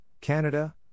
Canada